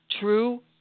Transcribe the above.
True